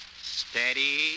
steady